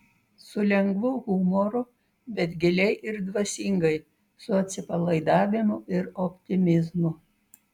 su lengvu humoru bet giliai ir dvasingai su atsipalaidavimu ir optimizmu